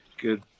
good